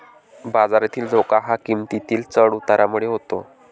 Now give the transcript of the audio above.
बाजारातील धोका हा किंमतीतील चढ उतारामुळे होतो